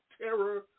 terror